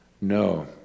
No